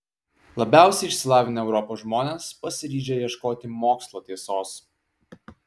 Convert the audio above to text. labiausiai išsilavinę europos žmonės pasiryžę ieškoti mokslo tiesos